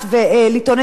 ולעשות,